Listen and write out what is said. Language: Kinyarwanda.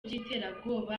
by’iterabwoba